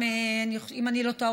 אם אני לא טועה,